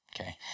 Okay